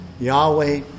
Yahweh